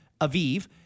Aviv